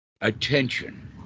attention